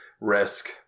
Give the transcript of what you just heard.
risk